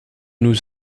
nous